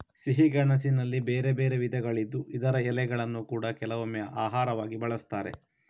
ಸಿಹಿ ಗೆಣಸಿನಲ್ಲಿ ಬೇರೆ ಬೇರೆ ವಿಧಗಳಿದ್ದು ಇದರ ಎಲೆಗಳನ್ನ ಕೂಡಾ ಕೆಲವೊಮ್ಮೆ ಆಹಾರವಾಗಿ ಬಳಸ್ತಾರೆ